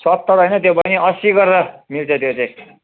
सत्तर होइन त्यो बैनी अस्सी गरेर मिल्छ त्यो चाहिँ